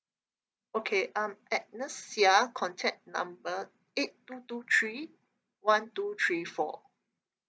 okay I'm agnes xia contact number eight two two three one two three four